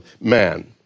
man